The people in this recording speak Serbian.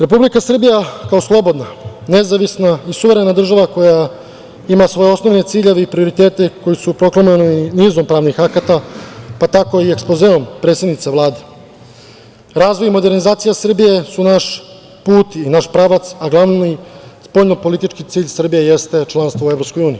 Republika Srbija kao slobodna, nezavisna i suverena država, koja ima svoj osnovne ciljeve i prioritete, koji su proklamovani nizom pravnih akata, pa tako i ekspozeom predsednice Vlade, razvoj i modernizacija Srbije su naš put i naš pravac, a glavni spoljnopolitički cilj Srbiji jeste članstvo u EU.